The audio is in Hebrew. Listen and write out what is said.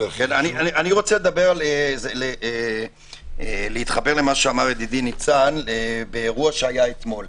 אני רוצה להתחבר למה שאמר ידידי ניצן באירוע שהיה אתמול.